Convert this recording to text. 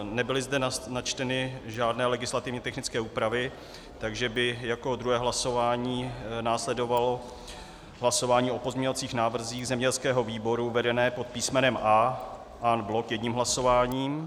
Nebyly zde načteny žádné legislativně technické úpravy, takže by jako druhé hlasování následovalo hlasování o pozměňovacích návrzích zemědělského výboru vedené pod písmenem A en bloc jedním hlasováním.